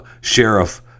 Sheriff